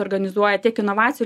organizuoja tiek inovacijų